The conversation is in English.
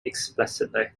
explicitly